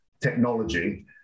technology